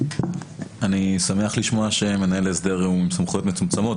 אני שמח לשמוע שמנהל הסדר הוא עם סמכויות מצומצמות.